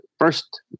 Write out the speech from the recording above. first